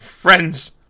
Friends